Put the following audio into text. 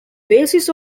basis